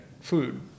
food